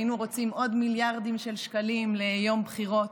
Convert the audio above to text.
והיינו רוצים עוד מיליארדים של שקלים ליום הבחירות,